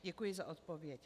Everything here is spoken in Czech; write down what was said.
Děkuji za odpověď.